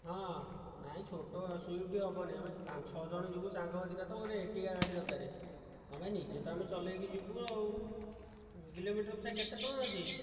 ହଁ ନାଇଁ ଛୋଟ ସ୍ଵିଫ୍ଟ ହେବନାହିଁ ଆମେ ପାଞ୍ଚ ଛଅ ଜଣ ଯିବୁ ସାଙ୍ଗହେରିକା ତ ଗୋଟିଏ ଏର୍ଟିଗା ଗାଡ଼ି ଦରକାରେ ହଁ ଭାଇ ନିଜେ ତ ଆମେ ଚଲେଇକି ଯିବୁ ଆଉ କିଲୋମିଟର ପିଛା କେତେ ଟଙ୍କା ଅଛି